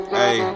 hey